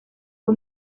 fue